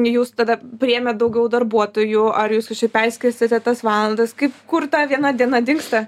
jūs tada priėmėt daugiau darbuotojų ar jūs čia perskirstėte tas valandas kaip kur ta viena diena dingsta